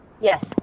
Yes